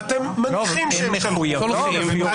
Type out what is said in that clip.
אתם מניחים שהם שלחו --- (קריאות)